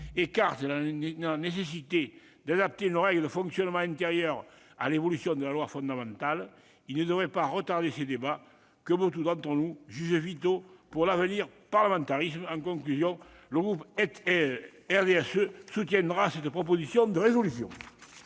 écarte la nécessité d'adapter nos règles de fonctionnement intérieures à l'évolution de notre loi fondamentale, il ne devrait pas retarder ces débats que beaucoup d'entre nous jugent vitaux pour l'avenir du parlementarisme. Le groupe du RDSE soutiendra cette proposition de résolution.